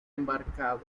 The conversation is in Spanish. embarcado